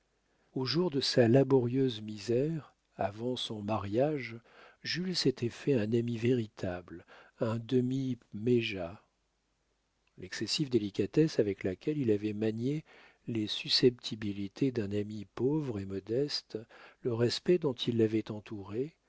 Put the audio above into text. aux jours de sa laborieuse misère avant son mariage jules s'était fait un ami véritable un demi pméja l'excessive délicatesse avec laquelle il avait manié les susceptibilités d'un ami pauvre et modeste le respect dont il l'avait entouré